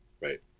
Right